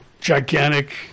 gigantic